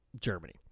Germany